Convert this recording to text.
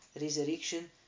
resurrection